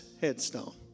headstone